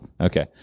Okay